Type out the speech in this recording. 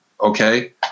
okay